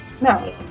No